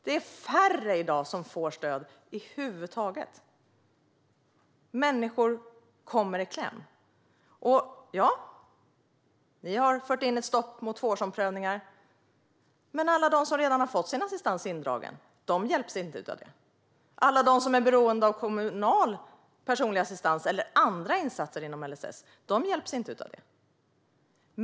Det är färre i dag som får stöd över huvud taget. Människor kommer i kläm. Ja, ni har fört in ett stopp mot tvåårsomprövningar. Men alla de som redan har fått sin assistans indragen hjälps inte av det. Alla de som är beroende av kommunal personlig assistans eller andra insatser inom LSS hjälps inte av det.